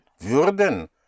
Würden